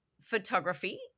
photography